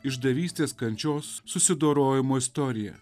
išdavystės kančios susidorojimo istorija